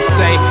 say